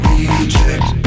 Reject